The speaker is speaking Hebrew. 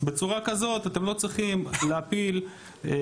ובצורה כזאת אתם לא צריכים להפיל את